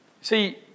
See